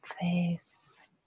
face